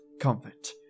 comfort